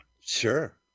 Sure